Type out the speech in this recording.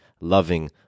loving